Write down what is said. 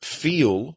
feel